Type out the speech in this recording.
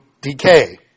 decay